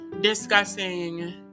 discussing